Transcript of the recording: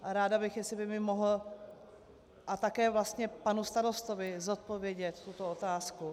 A ráda bych, jestli by mi mohl, a také vlastně panu starostovi, zodpovědět tuto otázku.